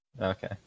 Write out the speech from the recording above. Okay